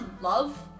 love